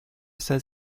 says